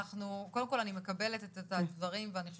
קודם כל אני מקבלת את הדברים ואני חושבת